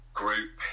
group